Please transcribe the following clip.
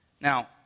Now